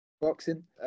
boxing